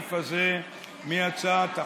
הסעיף הזה מהצעת החוק.